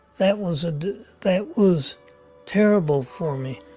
that was ah that was terrible for me.